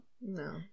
No